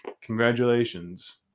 Congratulations